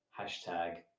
hashtag